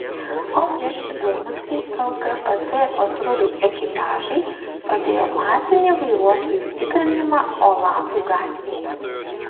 o prieš vidurnaktį lkpt patrulių ekipažai pradėjo masinį vairuotojų tikrinimą olandų gatvėje